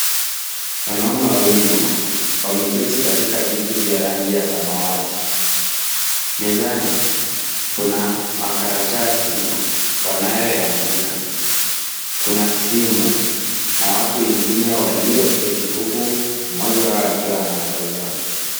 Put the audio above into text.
Wanaume wawili wameketi katika viti vya rangi ya samawati. Mezani kuna makaratasi wanayoyaandika. Kuna simu na watu wengine walioketi huku mmoja wao akiwa anawatazama.